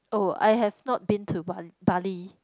oh I have not been to Ba~ Bali